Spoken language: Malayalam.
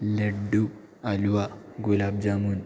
ലഡ്ഡു അലുവ ഗുലാബ് ജാമുൻ